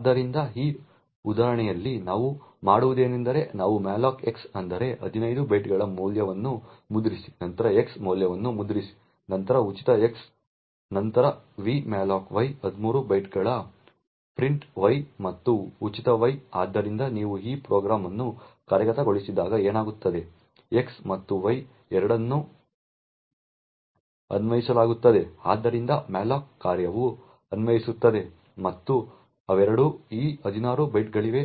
ಆದ್ದರಿಂದ ಈ ಉದಾಹರಣೆಯಲ್ಲಿ ನಾವು ಮಾಡುವುದೇನೆಂದರೆ ನಾವು malloc x ಅಂದರೆ 15 ಬೈಟ್ಗಳ ಮೌಲ್ಯವನ್ನು ಮುದ್ರಿಸಿ ನಂತರ x ಮೌಲ್ಯವನ್ನು ಮುದ್ರಿಸಿ ನಂತರ ಉಚಿತ x ನಂತರ v malloc y 13 ಬೈಟ್ಗಳ ಪ್ರಿಂಟ್ y ಮತ್ತು ಉಚಿತ y ಆದ್ದರಿಂದ ನೀವು ಈ ಪ್ರೋಗ್ರಾಂ ಅನ್ನು ಕಾರ್ಯಗತಗೊಳಿಸಿದಾಗ ಏನಾಗುತ್ತದೆ x ಮತ್ತು y ಎರಡನ್ನೂ ಅನ್ವಯಿಸಲಾಗುತ್ತದೆ ಆದ್ದರಿಂದ malloc ಕಾರ್ಯವು ಅನ್ವಯಿಸುತ್ತದೆ ಮತ್ತು ಇವೆರಡೂ ಈ 16 ಬೈಟ್ಗಳಿಗೆ